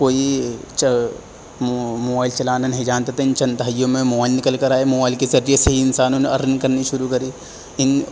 کوئی موبائل چلانا نہیں جانتے تھے ان چند دہائیوں میں موبائل نکل کر آئے موبائل کے ذریعے سے ہی انسانوں نے ارننگ کرنی شروع کری ان